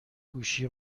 گوشی